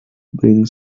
bring